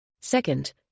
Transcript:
Second